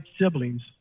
siblings